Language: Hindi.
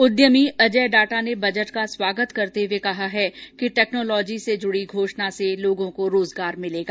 उद्यमी अजय डाटा ने बजट का स्वागत करते हुये कहा है कि टैक्नोलोजी जुड़ी घोषणा से लोगों को रोजगार मिलेगा